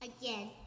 again